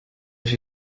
els